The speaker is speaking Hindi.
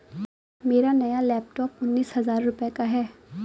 मेरा नया लैपटॉप उन्नीस हजार रूपए का है